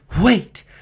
Wait